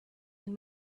and